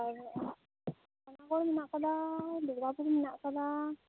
ᱟᱨ ᱯᱟᱱᱟᱜᱚᱲ ᱦᱮᱱᱟᱜ ᱠᱟᱫᱟ ᱫᱩᱨᱜᱟᱯᱩᱨ ᱦᱮᱱᱟᱜ ᱠᱟᱫᱟ